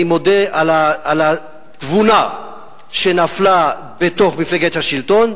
אני מודה על התבונה שנפלה בתוך מפלגת השלטון,